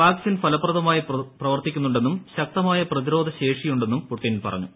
vaccine ഫലപ്രദമായി പ്രവർത്തിക്കുന്നുണ്ടെന്നും ശക്തമായ പ്രതിരോധ ശേഷിയുണ്ടെന്നും പുടിൻ പറഞ്ഞു